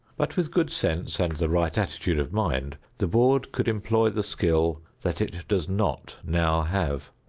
but with good sense and the right attitude of mind the board could employ the skill that it does not now have.